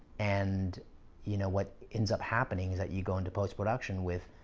and you know what ends up happening is you go into post-production with